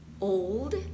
old